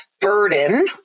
burden